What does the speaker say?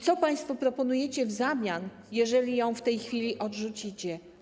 Co państwo proponujecie w zamian, jeżeli ją w tej chwili odrzucicie?